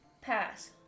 Pass